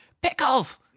pickles